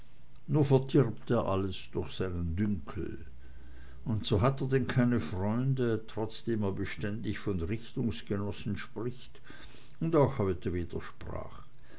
nur verdirbt er alles durch seinen dünkel und so hat er denn keine freunde trotzdem er beständig von richtungsgenossen spricht und auch heute wieder